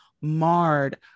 marred